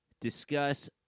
discuss